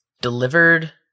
delivered